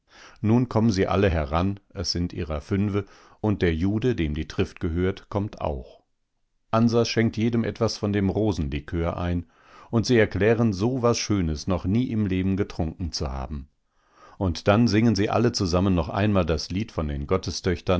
nun kommen sie alle heran es sind ihrer fünfe und der jude dem die trift gehört kommt auch ansas schenkt jedem etwas von dem rosenlikör ein und sie erklären so was schönes noch nie im leben getrunken zu haben und dann singen sie alle zusammen noch einmal das lied von den